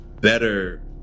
better